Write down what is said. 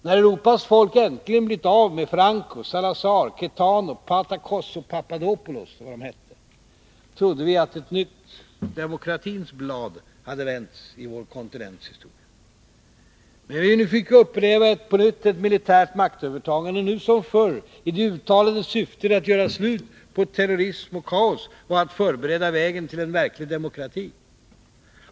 När Europas folk äntligen blivit av med Franco, Salazar, Caetano, Pattakos och Papadopoulos, trodde vi att ett nytt blad hade vänts i vår kontinents historia. Men vi fick åter uppleva ett militärt maktövertagande, nu som förr, i det uttalade syftet att ”göra slut på terrorism och kaos” och att förbereda vägen till ”en verklig demokrati”.